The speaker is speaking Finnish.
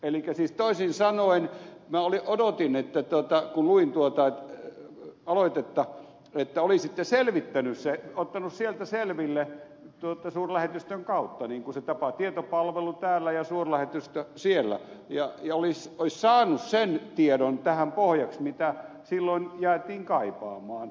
elikkä siis toisin sanoen minä odotin kun luin tuota aloitetta että olisitte ottanut sen selville sieltä suurlähetystön kautta niin kuin se tapa on tietopalvelu täällä ja suurlähetystö siellä niin että olisi saanut sen tiedon tähän pohjaksi mitä silloin jäätiin kaipaamaan